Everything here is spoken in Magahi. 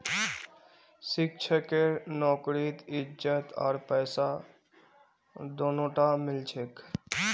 शिक्षकेर नौकरीत इज्जत आर पैसा दोनोटा मिल छेक